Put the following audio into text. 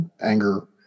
anger